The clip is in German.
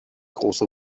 große